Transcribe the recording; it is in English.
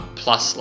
plus